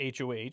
HOH